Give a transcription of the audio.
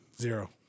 Zero